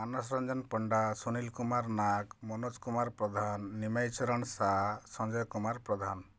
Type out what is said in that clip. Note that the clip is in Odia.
ମାନସ ରଞ୍ଜନ ପଣ୍ଡା ସୁନିଲ କୁମାର ନାଗ୍ ମନୋଜ କୁମାର ପ୍ରଧାନ ନିମାଇଁ ଚରଣ ସା ସଞ୍ଜୟ କୁମାର ପ୍ରଧାନ